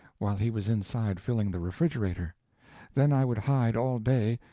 while he was inside filling the refrigerator then i would hide all day,